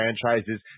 franchises